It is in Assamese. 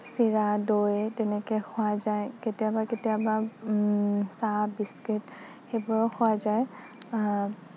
চিৰা দৈ তেনেকৈ খোৱা যায় কেতিয়াবা কেতিয়াবা চাহ বিস্কুট সেইবোৰো খোৱা যায়